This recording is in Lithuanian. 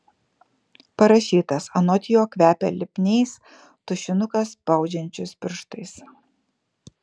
parašytas anot jo kvepia lipniais tušinuką spaudžiančius pirštais